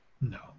No